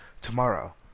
tomorrow